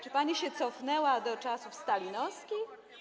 Czy pani się cofnęła do czasów stalinowskich?